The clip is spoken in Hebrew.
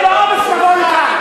למה אין לו אומץ לבוא לכאן?